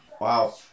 Wow